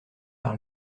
par